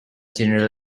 general